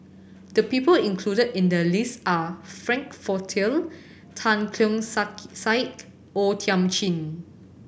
the people included in the list are Frank Tan Keong Sak Saik O Thiam Chin